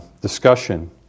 discussion